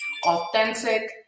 authentic